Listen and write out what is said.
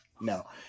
No